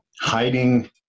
hiding